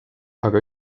aga